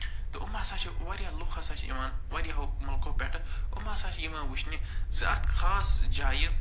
تہٕ یِم ہَسا چھِ وارِیاہ لُکھ ہَسا چھِ یِوان وارِیاہو ملکو پٮ۪ٹھٕ یِم ہسا چھِ یِوان وٕچھنہِ زِ اَتھ خاص جایہِ